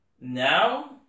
now